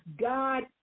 God